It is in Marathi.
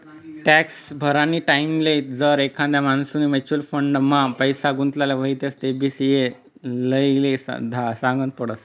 टॅक्स भरानी टाईमले जर एखादा माणूसनी म्युच्युअल फंड मा पैसा गुताडेल व्हतीन तेबी सी.ए ले सागनं पडस